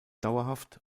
dauerhaft